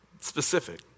specific